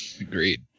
Agreed